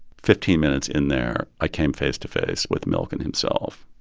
fifteen minutes in there, i came face to face with milken himself.